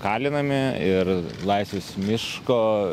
kalinami ir laisves miško